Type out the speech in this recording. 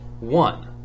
one